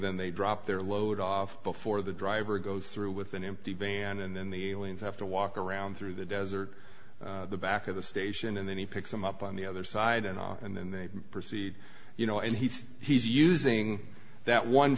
they drop their load off before the driver goes through with an empty van and then the aliens have to walk around through the desert the back of the station and then he picks them up on the other side and and then they proceed you know and he he's using that one